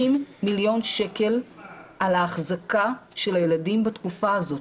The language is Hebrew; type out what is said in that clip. מיליון שקל על ההחזקה של הילדים בתקופה הזאת.